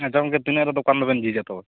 ᱟᱪᱪᱷᱟ ᱜᱚᱢᱠᱮ ᱛᱤᱱᱟᱹᱜ ᱨᱮ ᱫᱚᱠᱟᱱ ᱫᱚᱵᱮᱱ ᱡᱷᱤᱡᱟ ᱛᱚᱵᱮ